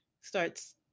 starts